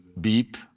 beep